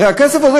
הרי הכסף הזה,